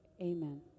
amen